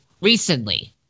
recently